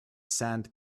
sand